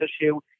issue